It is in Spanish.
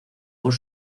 por